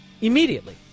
Immediately